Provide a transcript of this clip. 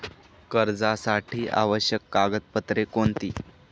कर्जासाठी आवश्यक कागदपत्रे कोणती?